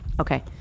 Okay